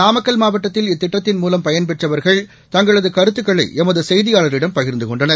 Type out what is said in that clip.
நாமக்கல் மாவட்டத்தில் இத்திட்டத்தின் மூலம் பயன்பெற்றவர்கள் தங்களது கருத்துக்களை எமது செய்தியாளரிடம் பகிர்ந்து கொண்டனர்